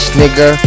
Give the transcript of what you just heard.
nigga